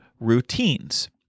routines